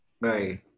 right